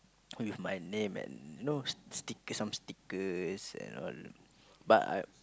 with my name and you know stickers some stickers and all but I